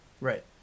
Right